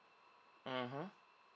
mmhmm